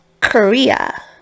Korea